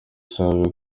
save